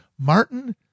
Martin